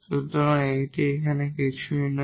সুতরাং এখানে এটি কিছুই নয়